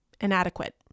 inadequate